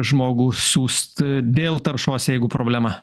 žmogų siųst dėl taršos jeigu problema